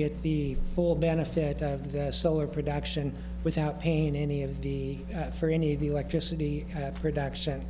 get the full benefit of the solar production without pain any of the for any of the electricity production